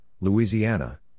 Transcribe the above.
Louisiana